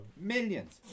millions